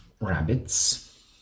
rabbits